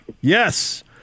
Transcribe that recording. Yes